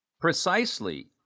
precisely